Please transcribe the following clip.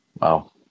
Wow